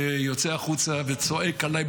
הוא יוצא החוצה וצועק אליי,